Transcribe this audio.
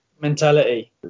mentality